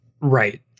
Right